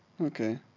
Okay